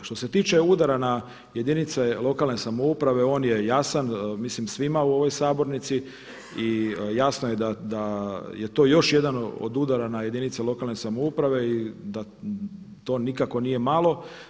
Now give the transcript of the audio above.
Što se tiče udara na jedinice lokalne samouprave on je jasan mislim svima u ovoj sabornici i jasno je da je to još jedan od udara na jedinice lokalne samouprave i da to nikako nije malo.